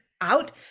out